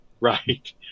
right